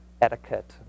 etiquette